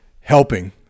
helping